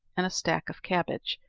and a stack of cabbage,